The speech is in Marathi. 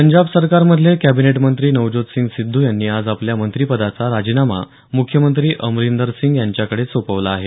पंजाब सरकारमधले कॅबिनेट मंत्री नवज्योत सिंग सिध्द् यांनी आज आपल्या मंत्रीपदाचा राजीनामा मुख्यमंत्री अमरिंदर सिंग यांच्याकडे सोपवला आहे